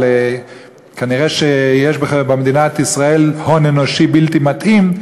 אבל כנראה יש במדינת ישראל הון אנושי בלתי מתאים,